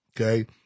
Okay